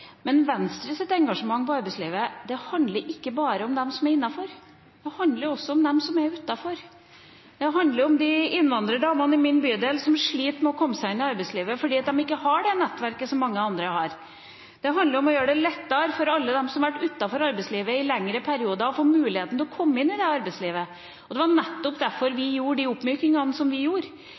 Men Venstres engasjement for arbeidslivet handler ikke bare om dem som er innenfor; det handler også om dem som er utenfor. Det handler om de innvandrerdamene i min bydel som sliter med å komme seg inn i arbeidslivet fordi de ikke har det nettverket som mange andre har. Det handler om å gjøre det lettere for alle dem som har vært utenfor arbeidslivet i lengre perioder, å få muligheten til å komme seg inn i arbeidslivet. Det var nettopp derfor vi gjorde de oppmykningene som vi gjorde,